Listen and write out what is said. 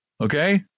Okay